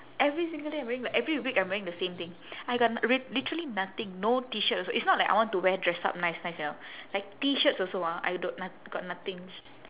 every single day I'm wearing like every week I'm wearing the same thing I got li~ literally nothing no T-shirt also it's not like I want to wear dress up nice nice you know like T-shirts also ah I d~ I got nothing